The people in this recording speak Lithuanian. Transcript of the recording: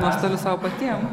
nuostolių sau patiem